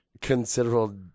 Considerable